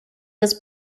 was